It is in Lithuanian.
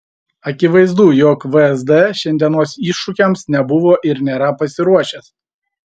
akivaizdu jog vsd šiandienos iššūkiams nebuvo ir nėra pasiruošęs